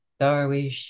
Darwish